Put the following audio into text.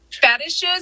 fetishes